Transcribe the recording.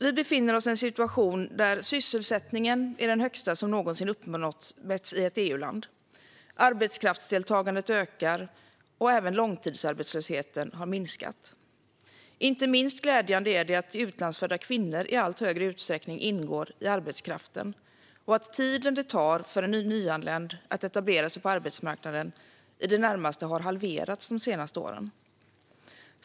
Vi befinner oss i en situation där sysselsättningen är den högsta som någonsin uppmätts i ett EU-land, arbetskraftsdeltagandet ökar och även långtidsarbetslösheten har minskat. Inte minst glädjande är det att utlandsfödda kvinnor i allt högre utsträckning ingår i arbetskraften och att tiden det tar för en nyanländ att etablera sig på arbetsmarknaden i det närmaste har halverats de senaste åren.